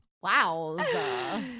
Wow